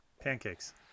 Pancakes